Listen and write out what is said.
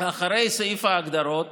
אחרי סעיף ההגדרות